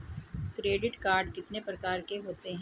Credit card कितने प्रकार के होते हैं?